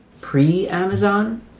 pre-Amazon